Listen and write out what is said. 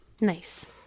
Nice